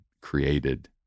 created